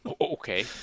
Okay